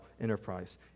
enterprise